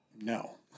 No